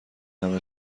همه